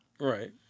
Right